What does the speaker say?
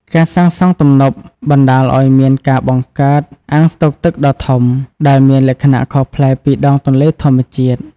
ការសាងសង់ទំនប់បណ្តាលឱ្យមានការបង្កើត អាងស្តុកទឹកដ៏ធំ ដែលមានលក្ខណៈខុសប្លែកពីដងទន្លេធម្មជាតិ។